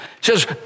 says